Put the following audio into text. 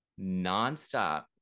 nonstop